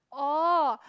oh